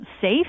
safe